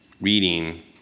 reading